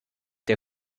der